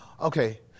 okay